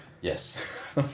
Yes